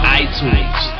itunes